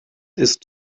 ist